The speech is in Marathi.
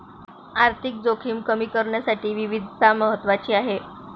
आर्थिक जोखीम कमी करण्यासाठी विविधता महत्वाची आहे